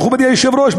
מכובדי היושב-ראש,